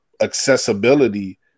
accessibility